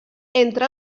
entre